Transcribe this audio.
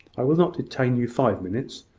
i will not detain you five minutes.